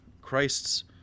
Christ's